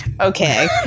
Okay